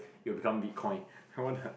it'll become bitcoin I want a